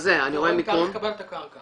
ורואים את תאריך קבלת הקרקע.